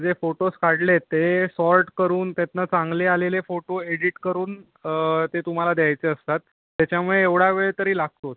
जे फोटोज काढले ते सॉर्ट करून त्यातनं चांगले आलेले फोटो एडिट करून ते तुम्हाला द्यायचे असतात त्याच्यामुळे एवढा वेळ तरी लागतोच